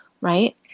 right